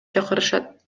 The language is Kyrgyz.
чакырышат